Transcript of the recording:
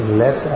let